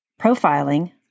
profiling